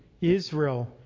Israel